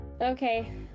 Okay